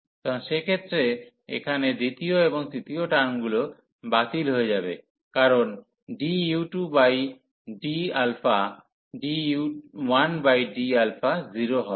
সুতরাং সেক্ষেত্রে এখানে দ্বিতীয় এবং তৃতীয় টার্মগুলো বাতিল হয়ে যাবে কারণ du2d du1dα 0 হবে